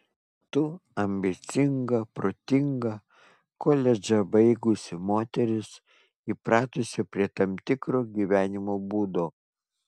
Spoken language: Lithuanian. tu ambicinga protinga koledžą baigusi moteris įpratusi prie tam tikro gyvenimo būdo